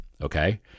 Okay